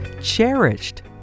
cherished